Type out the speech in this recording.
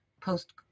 post